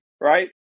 Right